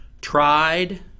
tried